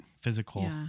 physical